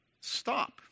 stop